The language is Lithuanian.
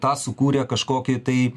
tą sukūrė kažkokį tai